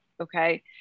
Okay